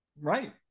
Right